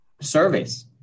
surveys